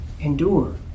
endure